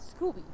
Scooby